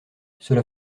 cela